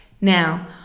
now